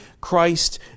Christ